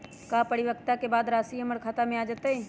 का परिपक्वता के बाद राशि हमर खाता में आ जतई?